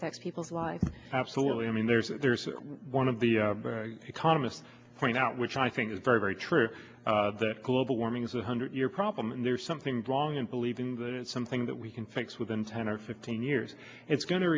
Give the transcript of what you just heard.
affect people's lives absolutely i mean there's a there's one of the economists point out which i think is very very true that global warming is a hundred year problem and there's something wrong in believing that it's something that we can fix within ten or fifteen years it's go